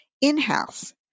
in-house